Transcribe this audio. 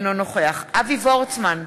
אינו נוכח אבי וורצמן,